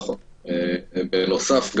בנוסף,